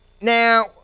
Now